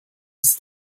ist